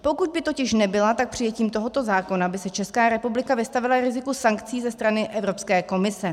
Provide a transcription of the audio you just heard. Pokud by totiž nebyla, přijetím tohoto zákona by se Česká republika vystavila riziku sankcí ze strany Evropské komise.